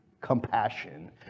compassion